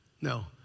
No